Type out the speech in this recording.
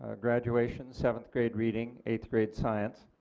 ah graduations, seventh grade reading, eighth grade science.